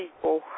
people